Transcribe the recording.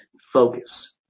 Focus